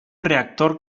reactor